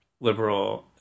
liberal